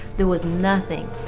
there was nothing.